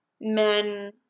men